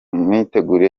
mitegurire